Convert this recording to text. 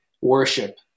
worship